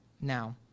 Now